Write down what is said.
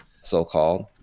so-called